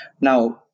Now